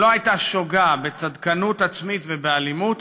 שלא הייתה שוגה בצדקנות עצמית ובאלימות,